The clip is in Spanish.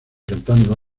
cantando